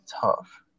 tough